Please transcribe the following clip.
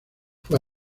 fue